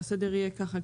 שהסדר יהיה ככה,